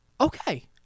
Okay